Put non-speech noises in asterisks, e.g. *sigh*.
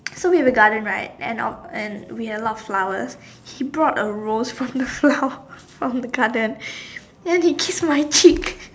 so we have a garden right and of and we have a lot of flowers he bought a rose from the flower *laughs* from the garden and then he kiss my cheek